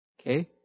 Okay